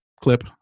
clip